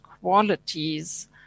qualities